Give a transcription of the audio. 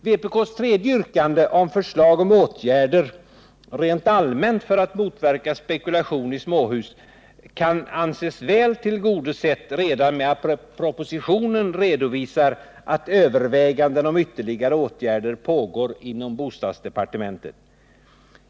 Vpk:s tredje yrkande om förslag om åtgärder rent allmänt för att motverka spekulation i småhus kan anses väl tillgodosett redan med att propositionen redovisar att överväganden om ytterligare åtgärder pågår inom bostadsdepartementet.